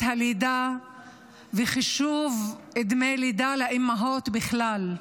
הלידה וחישוב דמי לידה לאימהות בכלל,